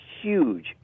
huge